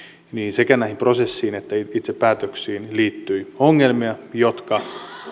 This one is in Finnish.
sekä näihin prosesseihin että itse päätöksiin liittyi ongelmia jotka